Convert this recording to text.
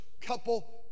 couple